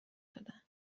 دادن